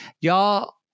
Y'all